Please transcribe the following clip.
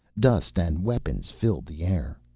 dust and weapons filled the air.